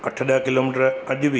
अठ ॾह किलोमीटर अॼु बि